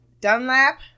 dunlap